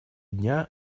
дня